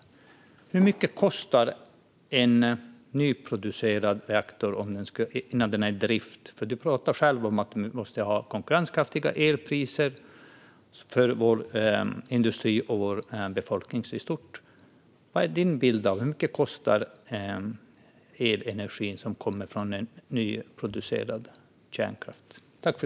Då undrar jag: Hur mycket kostar en nyproducerad reaktor innan den är i drift? Du sa själv att man måste ha konkurrenskraftiga elpriser för vår industri och vår befolkning i stort. Vad är din bild: Hur mycket kostar elenergin från en nyproducerad kärnkraftsreaktor?